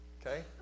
okay